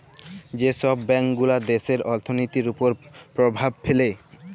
যে ছব ব্যাংকগুলা দ্যাশের অথ্থলিতির উপর পরভাব ফেলে